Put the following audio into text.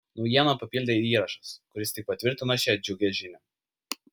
naujieną papildė ir įrašas kuris tik patvirtino šią džiugią žinią